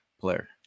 player